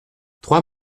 trois